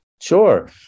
Sure